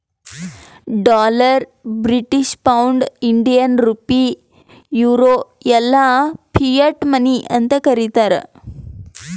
dollar, British pound, Indian rupee, euro ಎಲ್ಲಾ fiat money ಅಂತ್ ಕರೀತಾರ